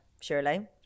surely